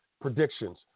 predictions